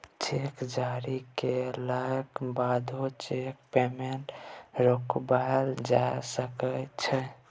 cheque जारी कएलाक बादो चैकक पेमेंट रोकबाएल जा सकै छै